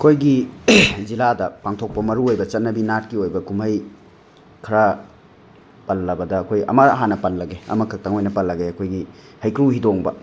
ꯑꯩꯈꯣꯏꯒꯤ ꯖꯤꯂꯥꯗ ꯄꯥꯡꯊꯣꯛꯄ ꯃꯔꯨ ꯑꯣꯏꯕ ꯆꯠꯅꯕꯤ ꯅꯥꯠꯀꯤ ꯑꯣꯏꯕ ꯀꯨꯝꯍꯩ ꯈꯔ ꯄꯜꯂꯕꯗ ꯑꯩꯈꯣꯏ ꯑꯃ ꯍꯥꯟꯅ ꯄꯜꯂꯒꯦ ꯑꯃ ꯈꯛꯇꯪ ꯑꯣꯏꯅ ꯄꯜꯂꯒꯦ ꯑꯩꯈꯣꯏꯒꯤ ꯍꯩꯀ꯭ꯔꯨ ꯍꯤꯗꯣꯡꯕ